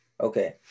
Okay